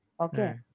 Okay